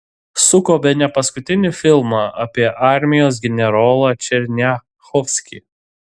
suko bene paskutinį filmą apie armijos generolą černiachovskį